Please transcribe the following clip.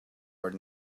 sword